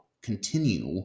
continue